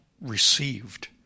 received